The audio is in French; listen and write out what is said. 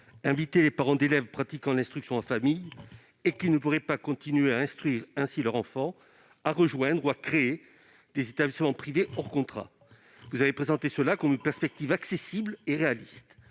invité les parents d'élèves qui pratiquent l'enseignement en famille et qui ne pourraient pas continuer à instruire ainsi leur enfant à rejoindre ou à créer des établissements privés hors contrat. Vous avez dit qu'il s'agissait d'une perspective accessible et réaliste.